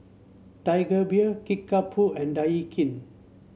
Tiger Beer Kickapoo and Daikin